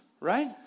right